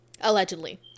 allegedly